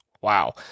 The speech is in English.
Wow